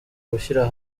gushyira